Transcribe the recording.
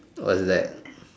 what's that